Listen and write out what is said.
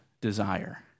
desire